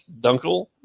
Dunkel